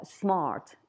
smart